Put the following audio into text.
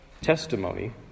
testimony